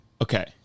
Okay